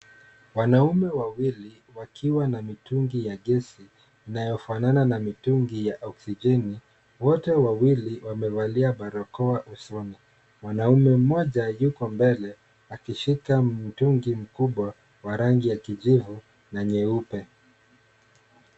Wanaume wawili wakiwa na mitungi ya gesi inayofanana na mitungi ya oxygen . Wote wawili wamevalia barakoa usoni. Mwanaume mmoja yuko mbele akishika mtungi mkubwa wa rangi ya kijivu na nyeupe.